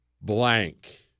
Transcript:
blank